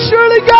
Surely